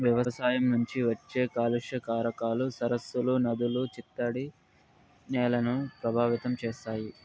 వ్యవసాయం నుంచి వచ్చే కాలుష్య కారకాలు సరస్సులు, నదులు, చిత్తడి నేలలను ప్రభావితం చేస్తాయి